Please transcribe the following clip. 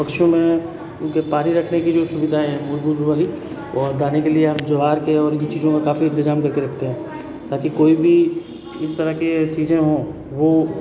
पक्षियों में उनके पानी रखने के लिए सुविधाएँ मूलभूत वाली और दाने के लिए हम ज्वार के और इन चीज़ों के काफी इंतजाम करके रखते है ताकि कोई भी इस तरह के चीज़ें हो